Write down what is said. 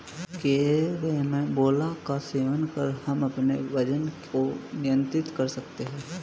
carambola का सेवन कर हम अपने वजन को नियंत्रित कर सकते हैं